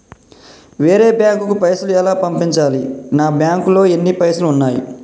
వేరే బ్యాంకుకు పైసలు ఎలా పంపించాలి? నా బ్యాంకులో ఎన్ని పైసలు ఉన్నాయి?